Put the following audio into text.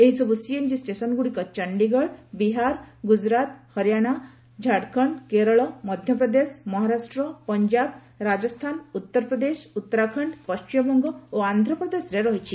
ଏହିସବୁ ସିଏନ୍ଜି ଷ୍ଟେସନଗୁଡ଼ିକ ଚଣ୍ଡିଗଡ଼ ବିହାର ଗୁଜରାତ ହରିଆଣା ଝାଡ଼ଖଣ୍ଡ କେରଳ ମଧ୍ୟପ୍ରଦେଶ ମହାରାଷ୍ଟ୍ର ପଞ୍ଜାବ ରାଜସ୍ଥାନ ଉତ୍ତରପ୍ରଦେଶ ଉତ୍ତରାଖଣ୍ଡ ପଶ୍ଚିମବଙ୍ଗ ଓ ଆନ୍ଧ୍ପ୍ଦେଶରେ ରହିଛି